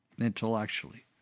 intellectually